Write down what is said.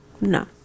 No